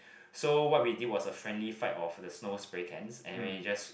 so what we did was a friendly fight of the snow spray cans and we just